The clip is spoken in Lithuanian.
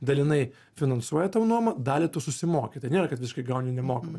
dalinai finansuoja tau nuomą dalį tu susimoki taip nėra kad visiškai gauni nemokamai